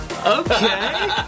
Okay